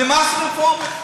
נמאס מרפורמים.